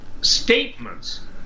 statements